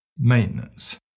maintenance